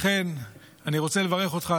לכן אני רוצה לברך אותך,